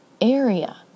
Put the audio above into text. area